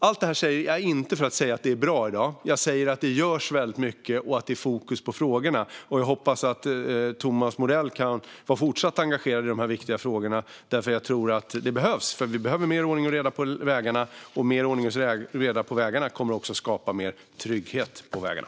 Allt detta säger jag inte för att visa på att allt i dag är bra, utan jag säger att väldigt mycket görs och att fokus finns på frågorna. Jag hoppas Thomas Morell även fortsättningsvis kan vara engagerad i dessa viktiga frågor, för jag tror att det behövs. Vi behöver mer ordning och reda på vägarna. Det skulle också skapa mer trygghet på vägarna.